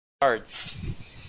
cards